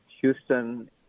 Houston